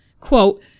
Quote